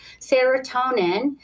serotonin